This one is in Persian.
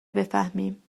بفهمیم